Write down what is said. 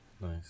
Nice